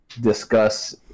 discuss